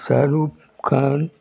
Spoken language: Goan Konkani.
शाहरूक खान